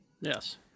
Yes